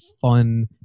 fun